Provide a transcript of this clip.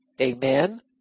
Amen